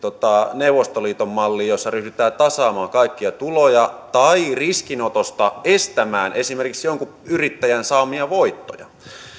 neuvostoliiton malliin jossa ryhdytään tasaamaan kaikkia tuloja tai riskinotosta estämään esimerkiksi jonkun yrittäjän saamia voittoja